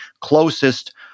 closest